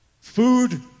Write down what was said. Food